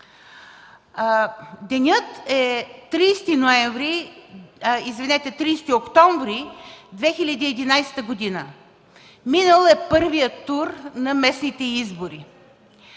Денят е 30 октомври 2011 г., минал е първият тур на местните избори.